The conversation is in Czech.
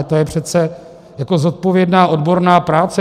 To je přece jako zodpovědná odborná práce.